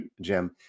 Jim